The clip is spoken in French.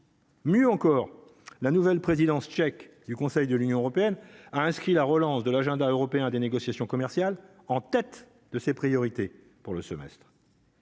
Mieux encore, la nouvelle présidence tchèque du Conseil de l'Union européenne a inscrit la relance de l'agenda européen des négociations commerciales en tête de ses priorités pour le semestre.